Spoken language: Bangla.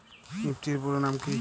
নিফটি এর পুরোনাম কী?